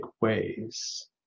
ways